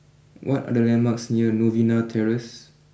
what are the landmarks near Novena Terrace